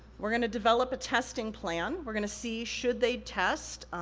we're gonna develop a testing plan, we're gonna see, should they test?